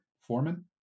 Foreman